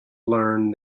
learned